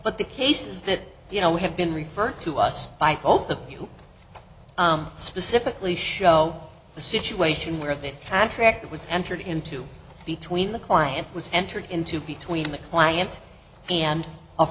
but the cases that you know we have been referred to us by hope that you specifically show the situation where that contract was entered into between the client was entered into between the client and a